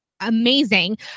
amazing